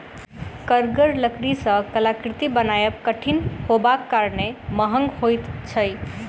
कड़गर लकड़ी सॅ कलाकृति बनायब कठिन होयबाक कारणेँ महग होइत छै